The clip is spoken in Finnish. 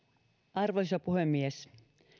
arvoisa puhemies